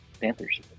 Panthers